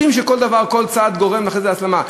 יודעים שכל דבר, כל צעד, גורם אחרי זה להסלמה.